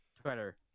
Twitter